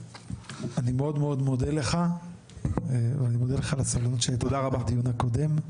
אני מאוד מודה לך ואני מודה לך על הסבלנות שהטרחת גם בדיון הקודם,